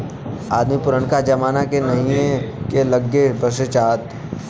अदमी पुरनका जमाना से नहीए के लग्गे बसे चाहत